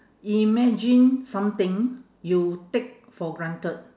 imagine something you take for granted